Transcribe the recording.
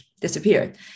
disappeared